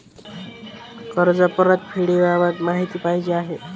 कर्ज परतफेडीबाबत माहिती पाहिजे आहे